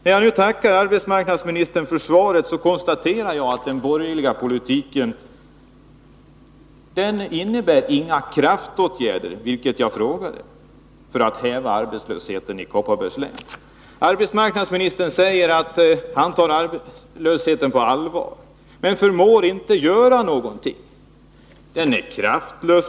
När jag nu tackar arbetsmarknadsministern för svaret kan jag bara konstatera att den borgerliga politiken inte innebär några kraftåtgärder för att häva arbetslösheten i Kopparbergs län, vilket jag efterlyste. Arbetsmarknadsministern säger att han tar arbetslösheten på allvar, men han förmår inte göra någonting.